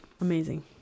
amazing